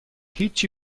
هیچی